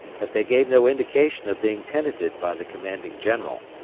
that they gave no indication of being tenanted by the commanding general.